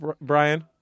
Brian